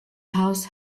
house